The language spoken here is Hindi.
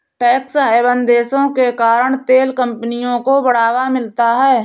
टैक्स हैवन देशों के कारण तेल कंपनियों को बढ़ावा मिलता है